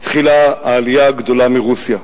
התחילה העלייה הגדולה מרוסיה.